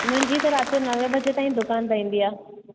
मुंहिंजी त राति जो नवें बजे ताईं दुकान रहंदी आहे